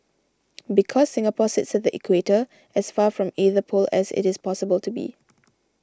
because Singapore sits at the equator as far from either pole as it is possible to be